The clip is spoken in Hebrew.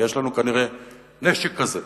שיש לנו כנראה נשק כזה,